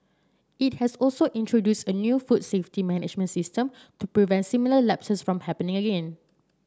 it has also introduced a new food safety management system to prevent similar lapses from happening again